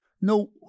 No